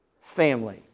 family